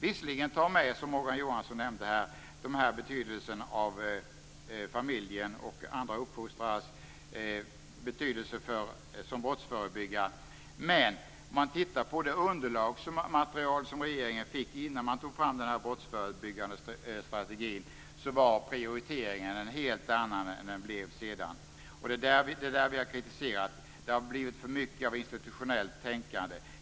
Visserligen tar regeringen, som Morgan Johansson nämnde, med familjens och andra uppfostrares betydelse som brottsförebyggare. Men om man tittar på det underlagsmaterial som regeringen fick innan man tog fram den brottsförebyggande strategin var prioriteringen en helt annan än den blev sedan. Det är det vi har kritiserat. Det har blivit för mycket av institutionellt tänkande.